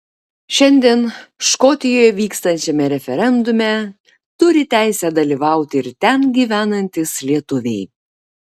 šiandien škotijoje vykstančiame referendume turi teisę dalyvauti ir ten gyvenantys lietuviai